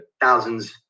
thousands